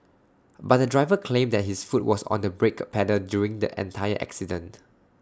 but the driver claimed that his foot was on the brake pedal during the entire accident